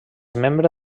membre